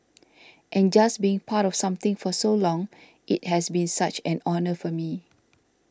and just being part of something for so long it has been such an honour for me